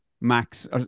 Max